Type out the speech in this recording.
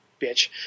bitch